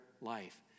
life